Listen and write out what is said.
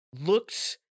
looks